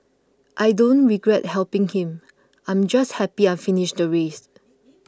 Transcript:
I don't regret helping him I'm just happy I finished the race